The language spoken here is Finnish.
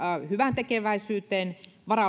hyväntekeväisyyteen